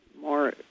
more